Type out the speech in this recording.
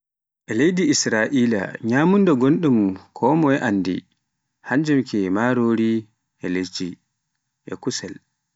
E leydi Israila nyamunda gonɗum konmoye anndi e hannjum ke marori e liɗɗi e kusel.